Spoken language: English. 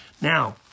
Now